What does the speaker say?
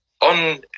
on